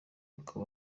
ariko